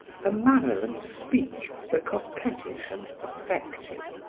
her manner and speech were coquettish and affected,